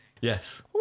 yes